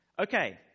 Okay